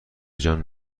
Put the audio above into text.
جان